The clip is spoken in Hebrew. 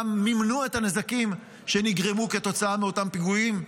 גם מימנו את הנזקים שנגרמו כתוצאה מאותם פיגועים.